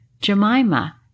Jemima